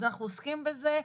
אז אנחנו עוסקים בזה.